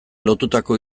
lotutako